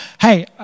Hey